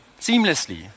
seamlessly